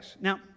Now